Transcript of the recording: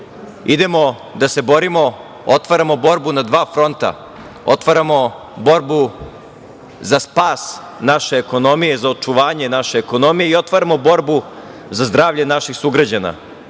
Idemo da se borimo, otvaramo borbu na dva fronta, otvaramo borbu za spas naše ekonomije, za očuvanje naše ekonomije i otvaramo borbu za zdravlje naših sugrađana“.Ono